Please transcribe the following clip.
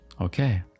okay